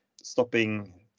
stopping